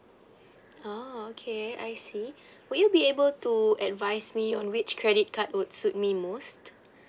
oh okay I see would you be able to advise me on which credit card would suit me most